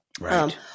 Right